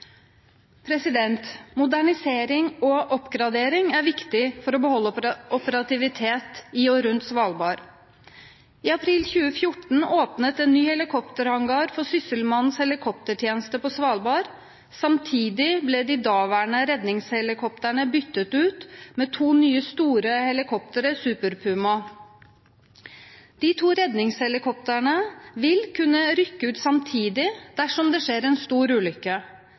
Modernisering og oppgradering er viktig for å beholde operativitet i og rundt Svalbard. I april 2014 åpnet en ny helikopterhangar for Sysselmannens helikoptertjeneste på Svalbard. Samtidig ble de daværende redningshelikoptrene byttet ut med to nye store helikopter, Super Puma. De to redningshelikoptrene vil kunne rykke ut samtidig dersom det skjer en stor ulykke.